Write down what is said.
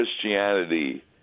Christianity